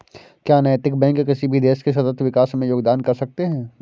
क्या नैतिक बैंक किसी भी देश के सतत विकास में योगदान कर सकते हैं?